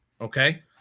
okay